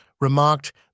remarked